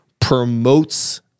promotes